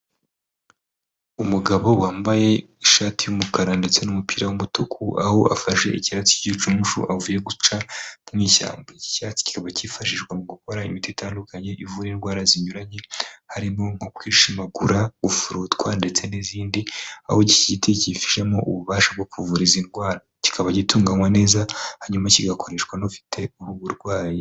Umugabo wambaye ishati y'umukara ndetse n'umupira w'umutuku aho afashe icyatsi k'icumushu avuye guca mu ishyamba. Iki cyatsi kikaba kifashishwa mu gukora imiti itandukanye ivura indwara zinyuranye harimo nko kwishimagura, gufurutwa ndetse n'izindi, aho iki giti kifitemo ububasha bwo kuvura izi indwara kikaba gitunganywa neza, hanyuma kigakoreshwa n'ufite ubu burwayi.